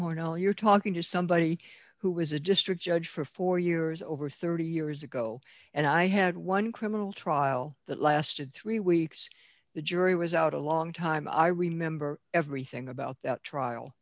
hall you're talking to somebody who was a district judge for four years over thirty years ago and i had one criminal trial that lasted three weeks the jury was out a long time i remember everything about the trial